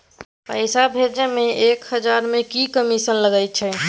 पैसा भैजे मे एक हजार मे की कमिसन लगे अएछ?